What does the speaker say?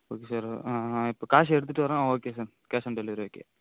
okay sir அ ஆ ஆ இப்போ காசு எடுத்துவிட்டு வரேன் okay sir cash on delivery okay